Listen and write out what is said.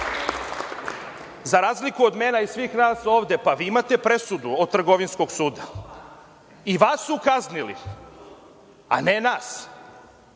za razliku od mene i svih nas ovde, pa vi imate presudu od Trgovinskog suda, i vas su kaznili, a ne nas.